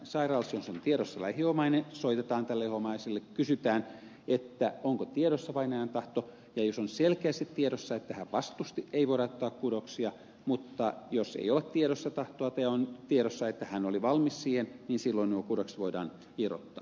jos sairaalassa on tiedossa lähi omainen soitetaan tälle omaiselle kysytään onko tiedossa vainajan tahto ja jos on selkeästi tiedossa että hän vastusti ei voida ottaa kudoksia mutta jos ei ole tiedossa tahtoa tai on tiedossa että hän oli valmis siihen niin silloin nuo kudokset voidaan irrottaa